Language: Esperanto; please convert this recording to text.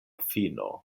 fino